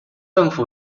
政府